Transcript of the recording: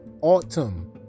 autumn